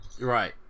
Right